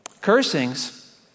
Cursings